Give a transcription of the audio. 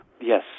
Yes